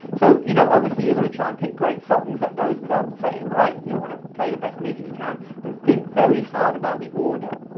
so you know obviously you're going to try and pick great songs, that goes without saying, right? you want to play the best music you can, but think very hard about the order.